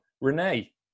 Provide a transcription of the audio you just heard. Renee